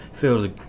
feels